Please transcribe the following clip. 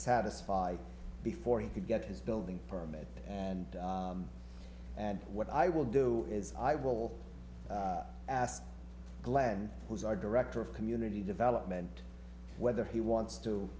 satisfy before he could get his building permit and what i will do is i will ask glenn who is our director of community development whether he wants to